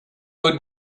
good